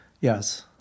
yes